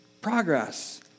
Progress